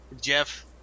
Jeff